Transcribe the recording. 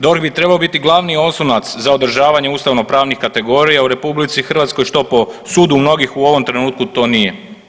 DORH bi trebao biti glavni oslonac za održavanje ustavno pravnih kategorija u RH što po sudu mnogih u ovom trenutku to nije.